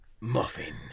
Muffin